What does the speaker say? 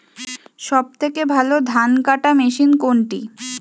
সবথেকে ভালো ধানকাটা মেশিন কোনটি?